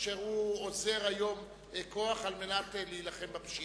אשר אוזר היום כוח להילחם בפשיעה.